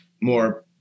more